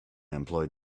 employed